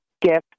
gift